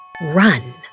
run